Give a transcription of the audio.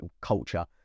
culture